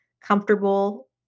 comfortable